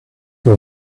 you